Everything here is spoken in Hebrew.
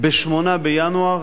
ב-8 בינואר